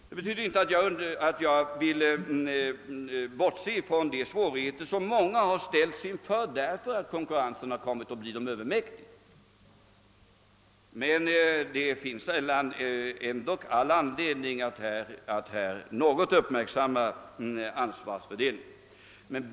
Detta betyder inte att jag vill bortse från de svårigheter som många av företagen har ställts inför på grund av att konkurrensen har blivit dem övermäktig, men det finns anledning att här något uppmärksamma <ansvarsfördelningen.